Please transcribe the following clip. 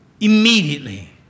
immediately